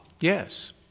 Yes